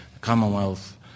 commonwealth